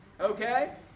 Okay